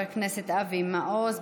תודה רבה, חבר הכנסת אבי מעוז.